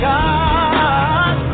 God